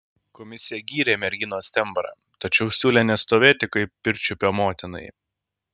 komisija gyrė merginos tembrą tačiau siūlė nestovėti kaip pirčiupio motinai